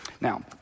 Now